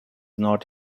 not